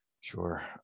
Sure